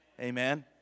Amen